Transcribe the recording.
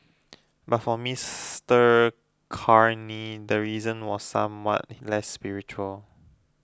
but for Mr Carney the reason was somewhat less spiritual